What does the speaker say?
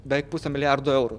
beveik pusė milijardo eurų